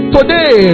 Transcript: Today